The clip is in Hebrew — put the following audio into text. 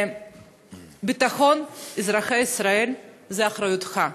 ביטחון אזרחי ישראל הוא אחריותך.